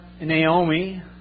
Naomi